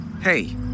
Hey